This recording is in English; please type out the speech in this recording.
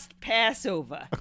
Passover